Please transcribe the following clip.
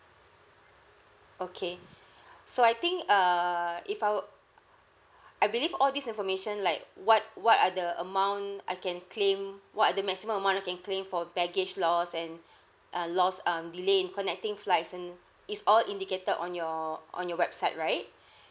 okay so I think err if I were I believe all this information like what what are the amount I can claim what are the maximum amount I can claim for baggage loss and uh loss um delay in connecting flights and it's all indicated on your on your website right